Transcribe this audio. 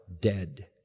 dead